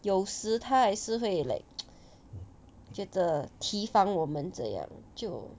有时它还是会 like 觉得提防我们这样就